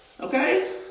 okay